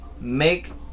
make